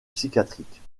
psychiatriques